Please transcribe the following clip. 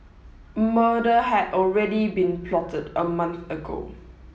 murder had already been plotted a month ago